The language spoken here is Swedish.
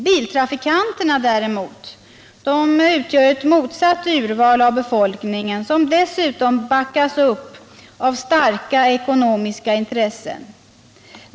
Biltrafikanterna däremot utgör ett motsatt urval av befolkningen som dessutom backas upp av starka ekonomiska intressen.